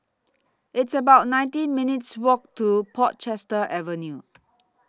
It's about nineteen minutes' Walk to Portchester Avenue